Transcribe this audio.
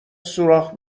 سوراخ